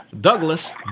Douglas